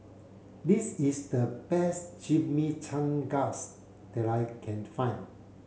this is the best Chimichangas that I can find